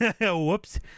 Whoops